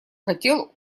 хотел